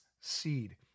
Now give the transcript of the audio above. seed